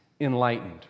enlightened